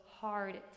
hard